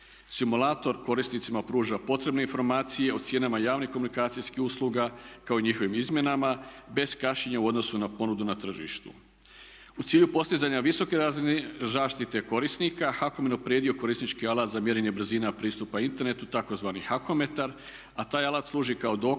Simulator korisnicima pruža potrebne informacije o cijenama javnih komunikacijskih usluga kao i njihovim izmjenama bez kašnjenja u odnosu na ponudu na tržištu. U cilju postizanja visoke razine zaštite korisnika, HAKOM je unaprijedio korisnički alat za mjerenje brzina pristupa internetu tzv. hakometar, a taj alat služi kao dokaz